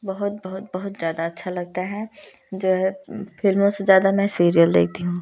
बहुत बहुत बहुत ज़्यादा अच्छा लगता है जो है फिल्मों से ज़्यादा मैं सीरियल देखती हूँ